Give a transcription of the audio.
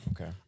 Okay